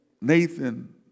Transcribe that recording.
Nathan